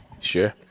Sure